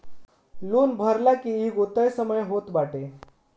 loan भरला के एगो तय समय होत बाटे